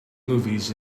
movies